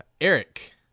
Eric